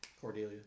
Cordelia